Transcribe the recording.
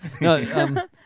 No